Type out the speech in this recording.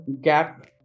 gap